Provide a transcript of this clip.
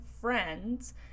friends